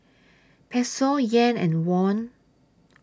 Peso Yen and Won